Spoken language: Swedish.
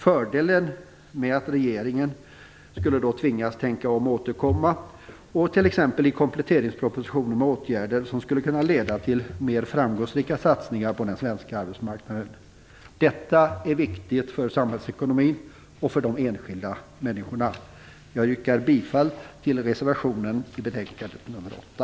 Fördelen med ett avslag är att regeringen skulle tvingas att tänka om och återkomma, t.ex. i kompletteringspropositionen, med åtgärder som skulle kunna leda till mer framgångsrika satsningar på den svenska arbetsmarknaden. Detta är viktigt för samhällsekonomin och för de enskilda människorna. Jag yrkar bifall till reservation nr 1 i betänkande nr 8.